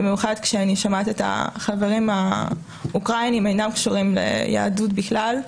במיוחד כשאני שומעת את החברים האוקראינים שאינם קשורים ליהדות בכלל,